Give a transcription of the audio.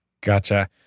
gotcha